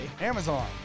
Amazon